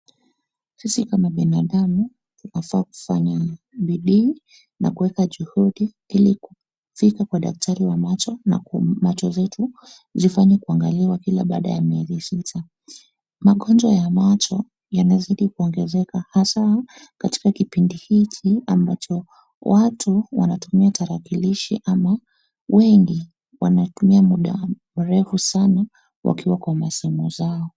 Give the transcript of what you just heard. Sisi kama binadamu tunafaa kufanya bidii na kuweka juhudi ili kufika kwa daktari wa macho na macho zetu zifanye kuangaliwa kila baada ya miezi sita. Magonjwa ya macho yanazidi kuongezeka haswa katika kipindi hichi ambacho watu wanatumia tarakalishi ama wengi wanatumia muda mrefu sana wakiwa kwa masimu zao.